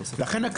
לכן,